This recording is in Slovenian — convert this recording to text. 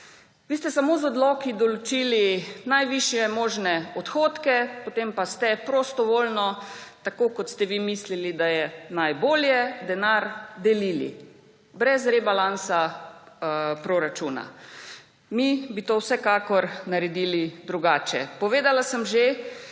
Vi ste samo z odloki določili najvišje možne odhodke, potem pa ste prostovoljno, tako kot ste vi mislili, da je najbolje, denar delili brez rebalansa proračuna. Mi bi to vsekakor naredili drugače. Povedala sem že,